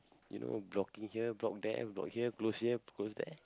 you know blocking here block there block here close here close there